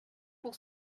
pour